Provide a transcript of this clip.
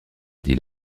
dit